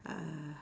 uh